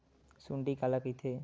सुंडी काला कइथे?